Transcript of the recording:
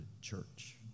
church